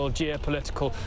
geopolitical